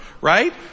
Right